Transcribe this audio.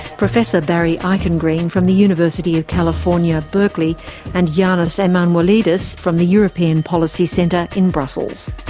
professor barry eichengreen, from the university of california, berkeley and janis emmanouilidis from the european policy centre in brussels.